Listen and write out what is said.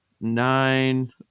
nine